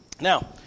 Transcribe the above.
Now